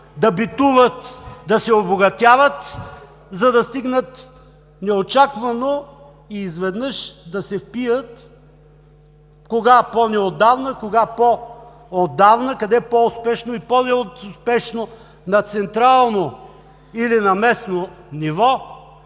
да битуват, да се обогатяват, за да стигнат, неочаквано и изведнъж да се впият – кога по-неотдавна, кога по-отдавна, къде по-успешно и по-неуспешно, на централно или на местно ниво,